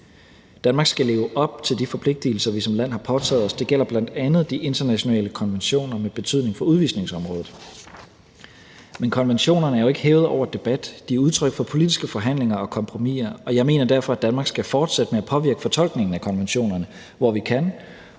Danmark skal leve op til de forpligtigelser, vi som land har påtaget os. Det gælder bl.a. de internationale konventioner med betydning for udvisningsområdet. Men konventionerne er jo ikke hævet over debat. De er udtryk for politiske forhandlinger og kompromiser, og jeg mener derfor, at Danmark skal fortsætte med at påvirke fortolkningen af konventionerne, hvor vi kan,